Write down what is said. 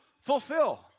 fulfill